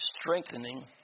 strengthening